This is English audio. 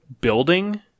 building